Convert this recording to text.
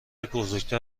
بزرگتر